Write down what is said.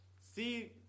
see